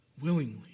willingly